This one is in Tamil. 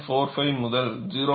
45 முதல் 0